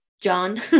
John